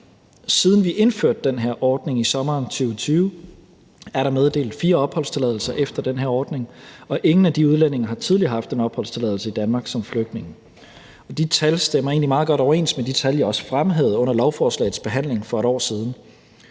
Siden vi indførte den her ordning i sommeren 2020, er der meddelt fire opholdstilladelser efter den her ordning, og ingen af de udlændinge har tidligere haft en opholdstilladelse i Danmark som flygtning. De tal stemmer egentlig meget godt overens med de tal, jeg også fremhævede under lovforslagets behandling for et år siden.